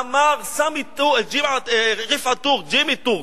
אמר רפעת טורק, ג'ימי טורק,